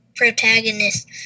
protagonist